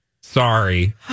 Sorry